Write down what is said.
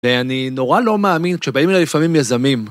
ואני נורא לא מאמין כשבאים אליי לפעמים יזמים.